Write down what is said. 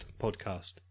podcast